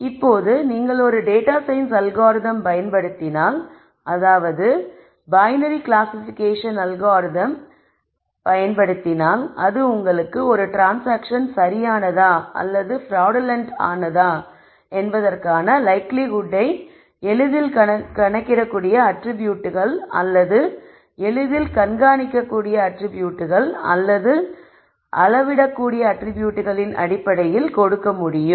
இப்போது நீங்கள் ஒரு டேட்டா சயின்ஸ் அல்காரிதம் பயன்படுத்தினால் அதாவது பைனரி கிளாசிஃபிகேஷன் அல்காரிதம் இயன்றதை பயன்படுத்தினால் அது உங்களுக்கு ஒரு ட்ரான்ஸ்சாங்க்ஷன் சரியானதா அல்லது பிராடுலண்ட் ஆனதா என்பதற்கான லைக்லிஹுட்டை எளிதில் கணக்கிடக்கூடிய அட்ரிபியூட்கள் அல்லது எளிதில் கண்காணிக்கக்கூடிய அட்ரிபியூட்கள் அல்லது அளவிடக்கூடிய அட்ரிபியூட்களின் அடிப்படையில் கொடுக்க முடியும்